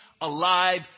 alive